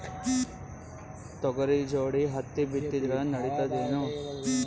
ತೊಗರಿ ಜೋಡಿ ಹತ್ತಿ ಬಿತ್ತಿದ್ರ ನಡಿತದೇನು?